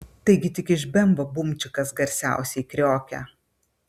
taigi tik iš bemvo bumčikas garsiausiai kriokia